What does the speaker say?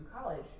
college